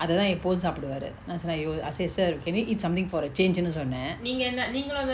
அததா எப்போது சாப்டுவாரு நா சொன்ன:athatha eppothu saapduvaru na sonna I was ask say sir can you eat something for a change ன்னு சொன்ன:nu sonna